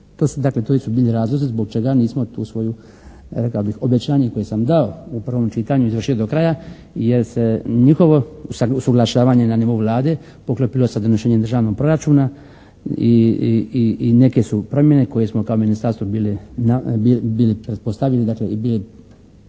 dakle bili razlozi zbog čega nismo tu svoju reka bih obećanje koje sam dao na prvom čitanju izvršio do kraja, jer se njihovo usaglašavanje na nivou Vlade poklopilo sa donošenjem državnog proračuna i neke su promjene kao ministarstvo bili pretpostavili dakle i bili planirali